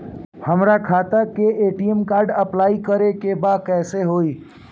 हमार खाता के ए.टी.एम कार्ड अप्लाई करे के बा कैसे होई?